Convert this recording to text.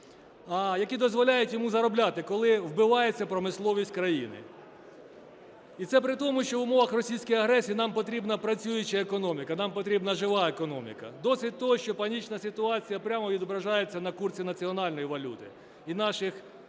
які дозволяють йому заробляти, коли вбивається промисловість країни? І це при тому, що в умовах російської агресії нам потрібна працююча економіка, нам потрібна "жива" економіка. Досить того, що панічна ситуація прямо відображається на курсі національної валюти і наших економічних